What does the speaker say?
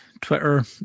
Twitter